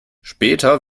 später